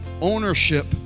ownership